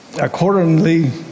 accordingly